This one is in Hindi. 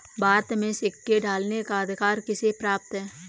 भारत में सिक्के ढालने का अधिकार किसे प्राप्त है?